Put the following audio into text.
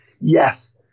yes